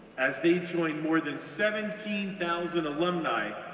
as they join more than seventeen thousand alumni,